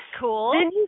cool